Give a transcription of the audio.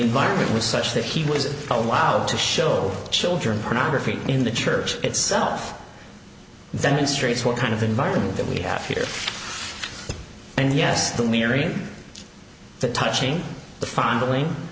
environment was such that he was allowed to show children pornography in the church itself then straights what kind of environment that we have here and yes the mirroring the touching the fondling